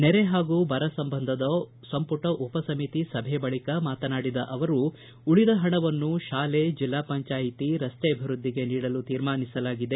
ನೆರೆ ಹಾಗೂ ಬರ ಸಂಬಂಧದ ಸಂಪುಟ ಉಪಸಮಿತಿ ಸಭೆ ಬಳಿಕ ಮಾತನಾಡಿದ ಅವರು ಉಳಿದ ಹಣವನ್ನು ಶಾಲೆ ಜಿಲ್ಲಾ ಪಂಚಾಯತಿ ರಸ್ತೆ ಅಭಿವೃದ್ದಿಗೆ ನೀಡಲು ತೀರ್ಮಾನಿಸಲಾಗಿದೆ